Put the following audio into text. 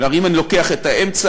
כלומר, אם אני לוקח את האמצע,